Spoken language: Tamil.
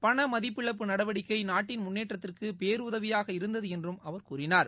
பண மதிப்பிழப்பு நடவடிக்கை நாட்டின் முன்னேற்றத்திற்கு பேறுதவியாக இருந்தது என்றும் அவர் கூறினார்